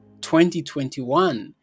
2021